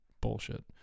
bullshit